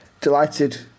delighted